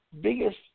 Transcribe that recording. biggest